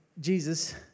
Jesus